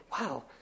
Wow